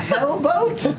hellboat